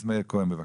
מאיר כהן, בבקשה.